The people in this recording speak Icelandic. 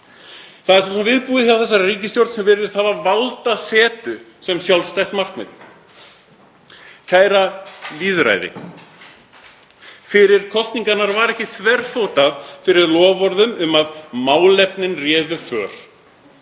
Það er svo sem viðbúið hjá þessari ríkisstjórn sem virðist hafa valdasetu sem sjálfstætt markmið. Kæra lýðræði. Fyrir kosningarnar var ekki þverfótað fyrir loforðum um að málefnin réðu för.